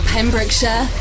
Pembrokeshire